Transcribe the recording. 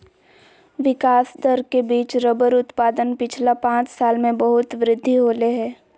विकास दर के बिच रबर उत्पादन पिछला पाँच साल में बहुत वृद्धि होले हें